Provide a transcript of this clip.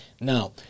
now